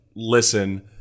Listen